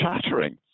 chattering